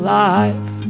life